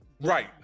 Right